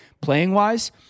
playing-wise